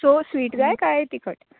so sweet जाय कांय तिखट